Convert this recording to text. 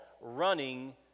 running